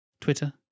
Twitter